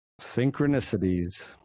Synchronicities